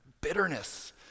bitterness